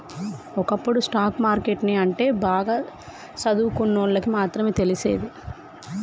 ఒకప్పుడు stock market ని అంటే బాగా సదువుకున్నోల్లకి మాత్రమే తెలిసేది